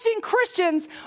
Christians